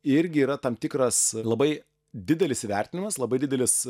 irgi yra tam tikras labai didelis įvertinimas labai didelis